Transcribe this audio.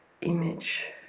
image